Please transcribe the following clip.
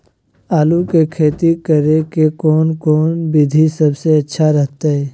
आलू की खेती करें के कौन कौन विधि सबसे अच्छा रहतय?